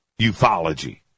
ufology